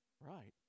Right